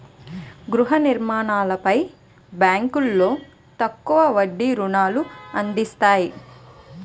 గృహ నిర్మాణాలపై బ్యాంకులో తక్కువ వడ్డీ రుణాలు అందిస్తాయి